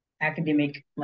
academic